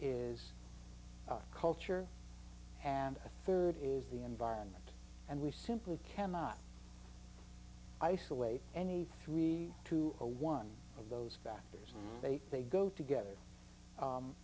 is culture and the third is the environment and we simply cannot isolate any three to a one of those factors and say they go together